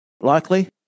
Likely